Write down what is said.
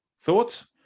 thoughts